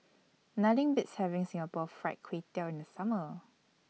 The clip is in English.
Nothing Beats having Singapore Fried Kway Tiao in The Summer